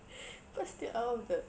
cause still all of the